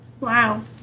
Wow